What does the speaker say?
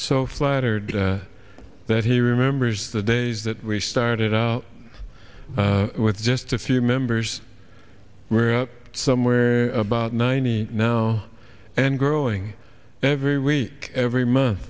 so flattered that he remembers the days that we started with just a few members were up somewhere about nine now and growing every week every month